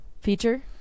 feature